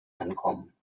ankommen